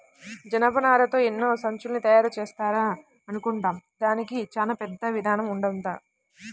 జనపనారతో ఎలా సంచుల్ని తయారుజేత్తారా అనుకుంటాం, దానికి చానా పెద్ద ఇదానం ఉంటదంట